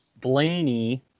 Blaney